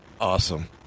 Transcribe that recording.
awesome